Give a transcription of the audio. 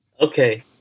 Okay